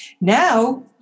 Now